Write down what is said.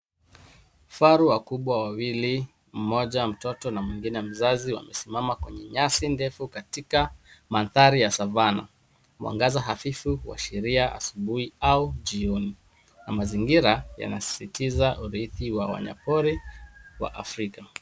Faru wakubwa wawili, mmoja mtoto na mwingine mzazi wamesimama kwenye nyasi ndefu katika mandhari ya Savana. Mwangaza hafifu huashiria asubuhi au jioni na mazingira yanasisitiza uridhi wa wanyapori wa afrika.